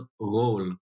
role